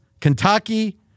Kentucky